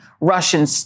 Russian